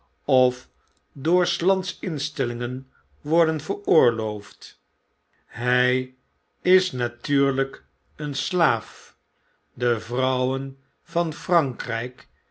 of door's lands instellingen worden veroorloofd hy is natuurlp een slaaf de vrouwen van frankrp